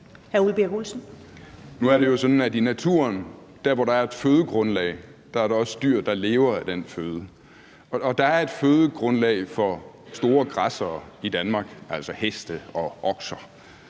Nu er det sådan i naturen, at der, hvor der er et fødegrundlag, er der også dyr, der lever af den føde, og der er et fødegrundlag for store græssere i Danmark, altså heste og okser.